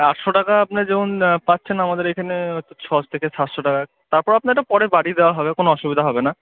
আটশো টাকা আপনি যেমন পাচ্ছেন আমাদের এখানে ছ থেকে সাতশো টাকা তারপর আপনার এটা পরে বাড়িয়ে দেওয়া হবে কোনো অসুবিধা হবে না